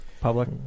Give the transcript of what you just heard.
Public